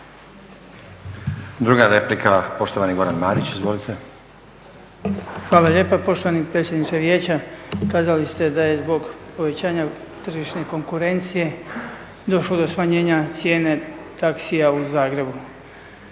Druga replika, poštovani Goran Marić. Izvolite. **Marić, Goran (HDZ)** Hvala lijepa. Poštovani predsjedniče vijeća kazali ste da je zbog povećanja tržišne konkurencije došlo do smanjenja cijene taksija u Zagrebu.